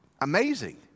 amazing